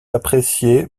apprécié